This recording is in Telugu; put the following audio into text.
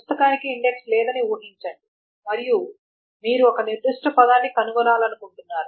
పుస్తకానికి ఇండెక్స్ లేదని ఊహించండి మరియు మీరు ఒక నిర్దిష్ట పదాన్ని కనుగొనాలను కుంటున్నారు